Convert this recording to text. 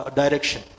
direction